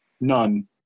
none